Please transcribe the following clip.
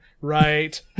right